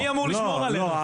מי אמור לשמור עלינו?